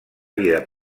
vida